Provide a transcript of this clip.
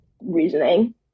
reasoning